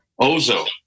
Ozo